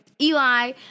Eli